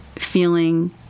feeling